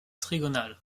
trigonale